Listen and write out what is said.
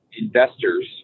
investors